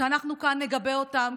שאנחנו כאן נגבה אותם,